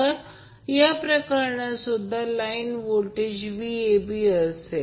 तर या प्रकरणातसुद्धा लाईन व्होल्टेज Vab असेल